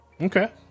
Okay